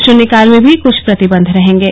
शून्यकाल भी कुछ प्रतिबंध रहेंगे